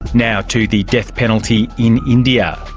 now to the death penalty in india.